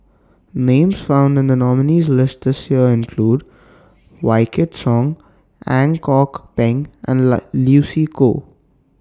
Names found in The nominees' list This Year include Wykidd Song Ang Kok Peng and Lucy Koh